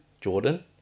Jordan